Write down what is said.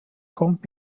kommt